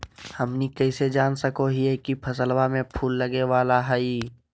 हमनी कइसे जान सको हीयइ की फसलबा में फूल लगे वाला हइ?